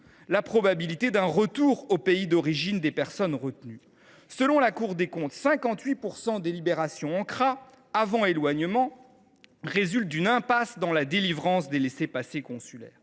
la probabilité du retour au pays d’origine des personnes retenues. Selon la Cour des comptes, 58 % des libérations de CRA avant éloignement résultent d’une impasse dans la délivrance des laissez passer consulaires.